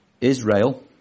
Israel